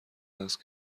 دست